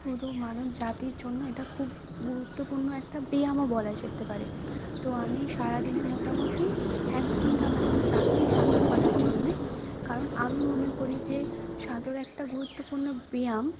পুরো মানব জাতির জন্য এটা খুব গুরুত্বপূর্ণ একটা ব্যায়ামও বলা যেতে পারে তো আমি সারা দিনে মোটামোটি এক ঘন্টা আমার জন্য রাখি সাঁতার কাটার জন্যে কারণ আমি মনে করি যে সাঁতার একটা গুরুত্বপূর্ণ ব্যায়াম